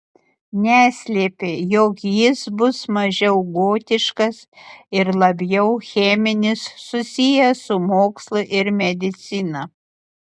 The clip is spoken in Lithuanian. neslėpė jog jis bus mažiau gotiškas ir labiau cheminis susijęs su mokslu ir medicina